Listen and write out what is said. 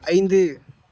ஐந்து